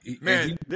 Man